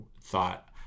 thought